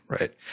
right